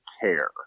care